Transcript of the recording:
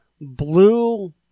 blue